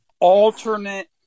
alternate